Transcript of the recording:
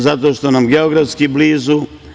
Zato što nam je geografski blizu.